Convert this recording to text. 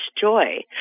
joy